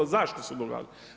Zašto se dogodilo?